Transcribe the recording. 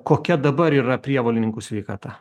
kokia dabar yra prievolininkų sveikata